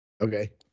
Okay